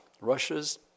Russia's